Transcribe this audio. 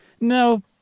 no